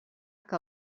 que